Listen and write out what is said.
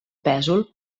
pèsol